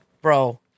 Bro